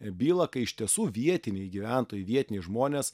bylą kai iš tiesų vietiniai gyventojai vietiniai žmonės